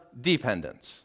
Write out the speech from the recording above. Dependence